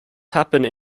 happened